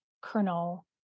kernel